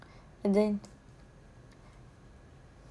and then